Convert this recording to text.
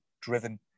driven